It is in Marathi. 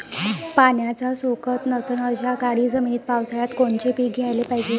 पाण्याचा सोकत नसन अशा काळ्या जमिनीत पावसाळ्यात कोनचं पीक घ्याले पायजे?